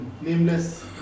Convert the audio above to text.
nameless